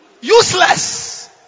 Useless